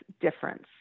difference